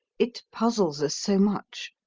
it puzzles us so much.